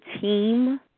team